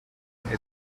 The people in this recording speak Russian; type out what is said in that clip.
это